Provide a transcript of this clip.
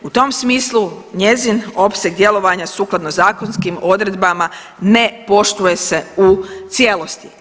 U tom smislu njezin opseg djelovanja sukladno zakonskim odredbama ne poštuje se u cijelosti.